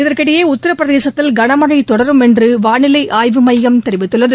இதற்கிடையே உத்திரபிரதேசத்தில் களமழை தொடரும் என்று வாளிலை ஆய்வு எமயம் தெரிவித்துள்ளது